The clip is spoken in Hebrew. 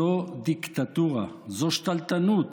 זו דיקטטורה, זו שתלטנות,